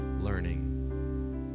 learning